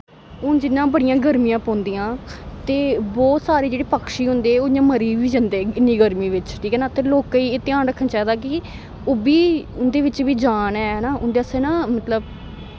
हुन जि'यां बड़ियां गर्मियां पौंदियां ते बहुत सारे जेह्ड़े पक्षी होंदे ओ इ'यां मरी बी जंदे इन्नी गर्मी बिच ठीक ऐ ना ते लोकें गी एह् ध्यान रक्खने चाहिदा कि ओह् बी उं'दे बिच बी जान ऐ ना उं'दे आस्तै ना मतलब